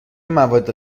مواد